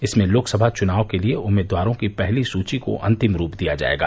इसमें लोकसभा चुनाव के लिए उम्मीदवारों की पहली सूची को अंतिम रूप दिया जाएगा